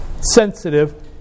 sensitive